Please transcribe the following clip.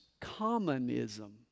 communism